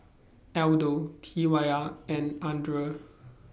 Aldo T Y R and Andre